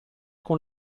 con